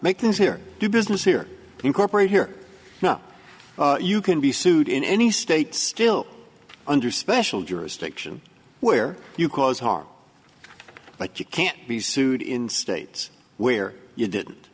make things here do business here incorporate here now you can be sued in any state still under special jurisdiction where you cause harm but you can't be sued in states where you did